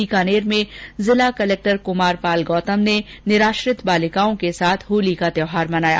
बीकानेर में जिला कलेक्टर कुमारपाल गौतम ने निराश्रित बालिकाओं के साथ होली का त्यौहार मनाया